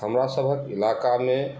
हमरा सभक इलाकामे